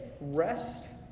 rest